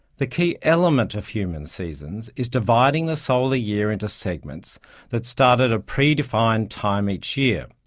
the key element of human seasons is dividing the solar year into segments that start at a predefined time each year.